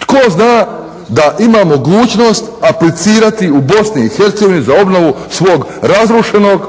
Tko zna da ima mogućnost aplicirati u Bosni i Hercegovini za obnovu svog razrušenog